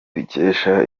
dukesha